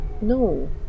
No